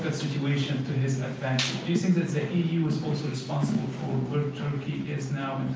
but situation to his advantage. do you think that the eu is also responsible for what turkey is now